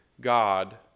God